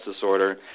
disorder